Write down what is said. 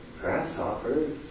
grasshoppers